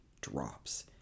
drops